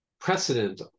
precedent